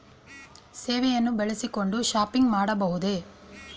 ಸೇವೆಯನ್ನು ಬಳಸಿಕೊಂಡು ಶಾಪಿಂಗ್ ಮಾಡಬಹುದೇ?